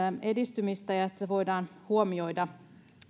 edistymistä ja että tämä voidaan huomioida